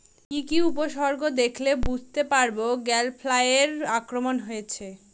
কি কি উপসর্গ দেখলে বুঝতে পারব গ্যাল ফ্লাইয়ের আক্রমণ হয়েছে?